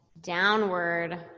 Downward